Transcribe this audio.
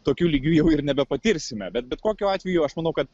tokiu lygiu jau ir nebepatirsime bet bet kokiu atveju aš manau kad